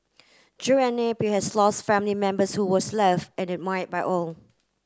Drew and Napier has lost family members who was loved and admired by all